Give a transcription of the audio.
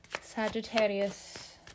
sagittarius